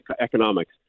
economics